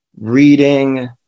reading